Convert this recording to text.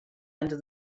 under